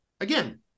again